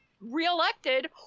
reelected